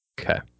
Okay